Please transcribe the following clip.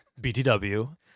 BTW